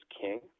king